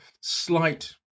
slight